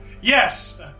Yes